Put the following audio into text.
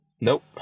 Nope